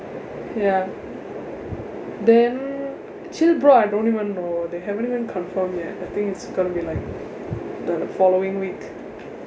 ya then chill bro I don't even know they haven't even confirm yet I think it's gonna be like the following week